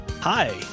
Hi